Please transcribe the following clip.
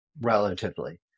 relatively